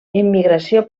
immigració